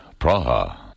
Praha